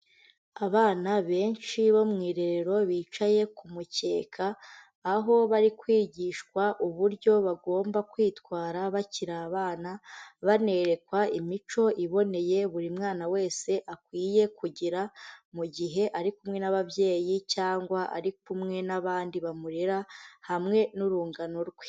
Abana benshi bo mu irerero bicaye ku mucyeka, aho bari kwigishwa uburyo bagomba kwitwara bakiri abana, banerekwa imico iboneye buri mwana wese akwiye kugira, mu gihe ari kumwe n'ababyeyi cyangwa ari kumwe n'abandi bamurera, hamwe n'urungano rwe.